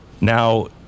Now